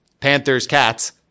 Panthers-Cats